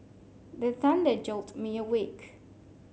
the thunder jolt me awake